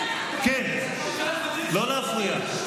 כן, לא להפריע.